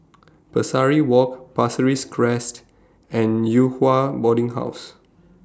Pesari Walk Pasir Ris Crest and Yew Hua Boarding House